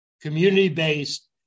community-based